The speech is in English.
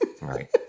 Right